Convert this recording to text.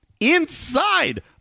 inside